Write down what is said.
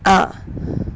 uh